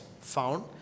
found